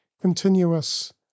continuous